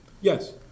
Yes